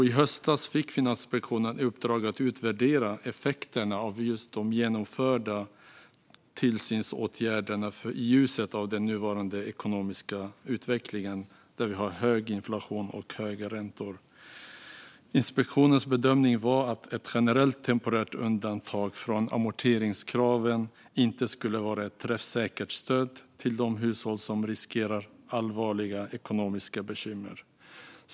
I höstas fick Finansinspektionen i uppdrag att utvärdera effekterna av de genomförda tillsynsåtgärderna i ljuset av den nuvarande ekonomiska utvecklingen, där vi har hög inflation och höga räntor. Inspektionens bedömning var att ett generellt temporärt undantag från amorteringskraven inte skulle vara ett träffsäkert stöd till de hushåll som riskerar allvarliga ekonomiska bekymmer.